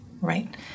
Right